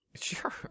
Sure